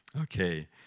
Okay